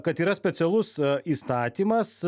kad yra specialus įstatymas